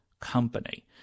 company